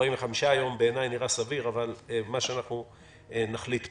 45 יום בעיני נראה סביר, אבל מה שנחליט פה,